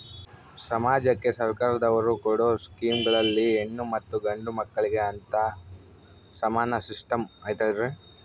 ಸಮಾಜಕ್ಕೆ ಸರ್ಕಾರದವರು ಕೊಡೊ ಸ್ಕೇಮುಗಳಲ್ಲಿ ಹೆಣ್ಣು ಮತ್ತಾ ಗಂಡು ಮಕ್ಕಳಿಗೆ ಅಂತಾ ಸಮಾನ ಸಿಸ್ಟಮ್ ಐತಲ್ರಿ?